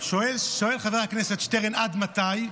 שואל חבר הכנסת שטרן עד מתי.